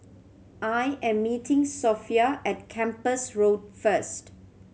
I am meeting Sophia at Kempas Road first